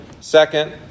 Second